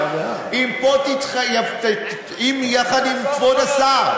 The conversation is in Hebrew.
אם פה תתחייב, יחד עם כבוד השר,